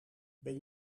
ben